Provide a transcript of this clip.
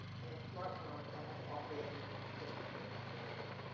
and a smart phone that has all three of these assistive features activated.